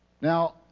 Now